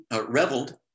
reveled